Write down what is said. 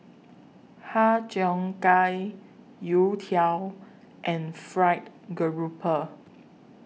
Har Cheong Gai Youtiao and Fried Garoupa